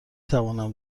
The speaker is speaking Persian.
توانم